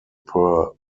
per